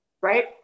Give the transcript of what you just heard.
right